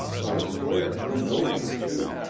i swear he knows it, too,